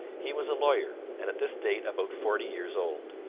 he was a lawyer, and at this date about forty years old.